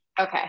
Okay